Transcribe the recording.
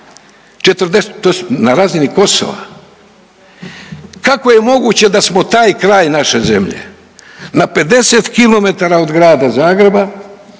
na razini Kosova. Kako je moguće da smo taj kraj naše zemlje, na 50 kilometara od Grada Zagreba